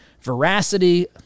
veracity